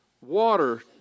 water